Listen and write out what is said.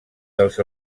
dels